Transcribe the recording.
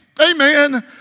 Amen